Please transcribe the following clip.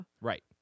right